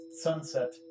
sunset